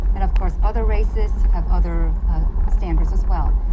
and of course, other races have other standards as well.